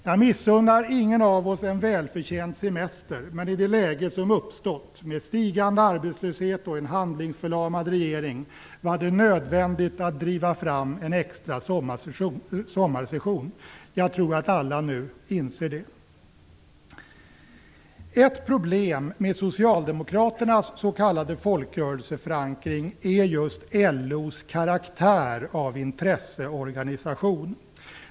Jag missunnar ingen av oss en välförtjänt semester, men i det läge som uppstått - med stigande arbetslöshet och en handlingsförlamad regering - var det nödvändigt att driva fram en extra sommarsession. Jag tror att alla nu inser det. Ett problem med socialdemokraternas s.k. folkrörelseförankring är just LO:s karaktär av intresseorganisation.